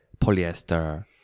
polyester